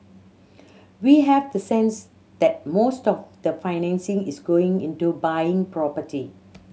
we have the sense that most of the financing is going into buying property